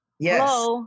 Yes